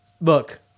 look